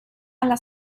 alla